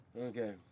Okay